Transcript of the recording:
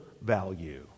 value